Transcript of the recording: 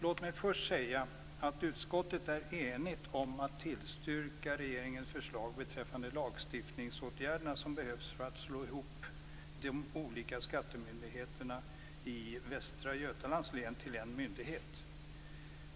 Låt mig först säga att utskottet är enigt om att tillstyrka regeringens förslag beträffande de lagstiftningsåtgärder som behövs för att slå ihop de olika skattemyndigheterna i Västra Götalands län till en myndighet.